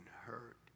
hurt